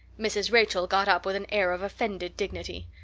mrs. rachel got up with an air of offended dignity.